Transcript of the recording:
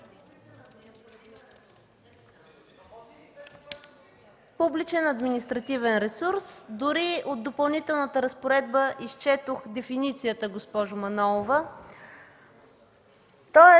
Публичен административен ресурс, дори от Допълнителната разпоредба, изчетох дефиницията, госпожо Манолова. Тоест,